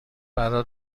فردا